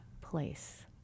place